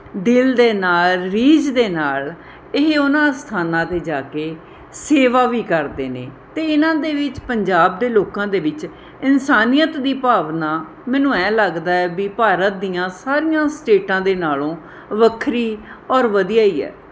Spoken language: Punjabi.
ਦਿਲ ਦੇ ਨਾਲ਼ ਰੀਝ ਦੇ ਨਾਲ਼ ਇਹ ਉਹਨਾਂ ਸਥਾਨਾਂ 'ਤੇ ਜਾ ਕੇ ਸੇਵਾ ਵੀ ਕਰਦੇ ਨੇ ਅਤੇ ਇਹਨਾਂ ਦੇ ਵਿੱਚ ਪੰਜਾਬ ਦੇ ਲੋਕਾਂ ਦੇ ਵਿੱਚ ਇਨਸਾਨੀਅਤ ਦੀ ਭਾਵਨਾ ਮੈਨੂੰ ਇਹ ਲੱਗਦਾ ਵੀ ਭਾਰਤ ਦੀਆਂ ਸਾਰੀਆਂ ਸਟੇਟਾਂ ਦੇ ਨਾਲ਼ੋਂ ਵੱਖਰੀ ਔਰ ਵਧੀਆ ਹੀ ਹੈ